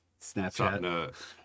snapchat